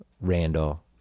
Randall